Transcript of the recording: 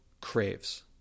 craves